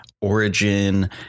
origin